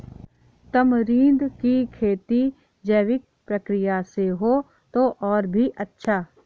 tamarind की खेती जैविक प्रक्रिया से हो तो और भी अच्छा